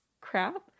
crap